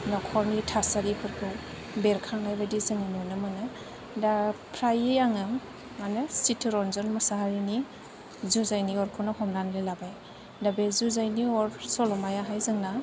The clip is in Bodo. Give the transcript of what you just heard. नखरनि थासारिफोरखौ बेरखांनाय बायदि जोङो नुनो मोनो दा फ्राइयै आङो मानो चितरन्जन मुसाहारिनि जुजाइनि अरखौनो हमनानै लाबाय दा बे जुजाइनि अर सल'मायाहाय जोंना